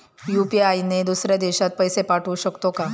UPI ने दुसऱ्या देशात पैसे पाठवू शकतो का?